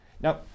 Now